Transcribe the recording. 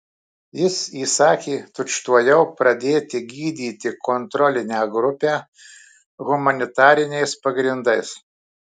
jis įsakė tučtuojau pradėti gydyti kontrolinę grupę humanitariniais pagrindais